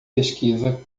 pesquisa